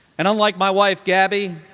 and unlike my wife gabby,